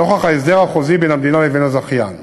נוכח ההסדר החוזי בין המדינה לבין הזכיין.